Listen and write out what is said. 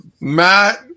Matt